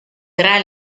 tra